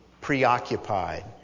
preoccupied